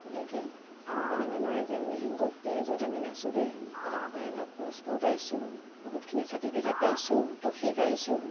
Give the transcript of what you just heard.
তেনেকৈ আমি তেনেকৈ আমাৰ জেং বিহু গ্ৰুপটোৱে য'ত আমি নাচোগৈ তাত আমি প্ৰায়ভাগ পুৰস্কাৰো পাইছোঁ বহুতখিনি চাৰ্টিফিকেট পাইছোঁ ট্ৰফি পাইছোঁ